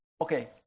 okay